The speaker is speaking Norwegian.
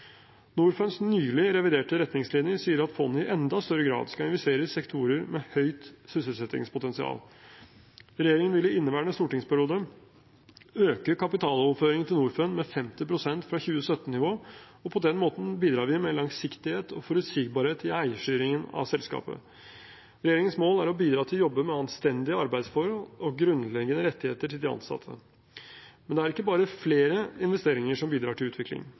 Norfunds nylig reviderte retningslinjer sier at fondet i enda større grad skal investere i sektorer med høyt sysselsettingspotensial. Regjeringen vil i inneværende stortingsperiode øke kapitaloverføringen til Norfund med 50 pst. fra 2017-nivå, og på den måten bidrar vi med langsiktighet og forutsigbarhet i eierstyringen av selskapet. Regjeringens mål er å bidra til jobber med anstendige arbeidsforhold og grunnleggende rettigheter til de ansatte. Men det er ikke bare flere investeringer som bidrar til utvikling.